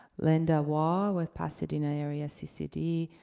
linda wah, with pasadena area ccd,